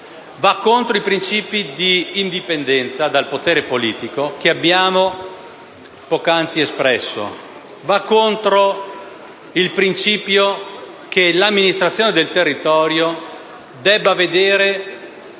va contro i principi di indipendenza dal potere politico che abbiamo poc'anzi espresso; va contro il principio che l'amministrazione del territorio debba vedere